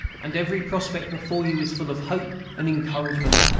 and every prospect before you is full of hope and encouragement.